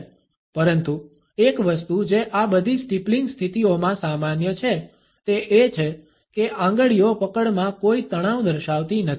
પરંતુ એક વસ્તુ જે આ બધી સ્ટીપલિંગ સ્થિતિઓમાં સામાન્ય છે તે એ છે કે આંગળીઓ પકડમાં કોઈ તણાવ દર્શાવતી નથી